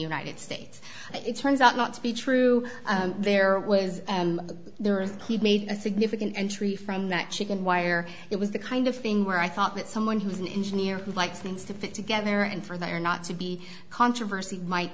united states it turns out not to be true there was and there is he made a significant entry from that chicken wire it was the kind of thing where i thought that someone who's an engineer who likes things to fit together and for that are not to be controversy might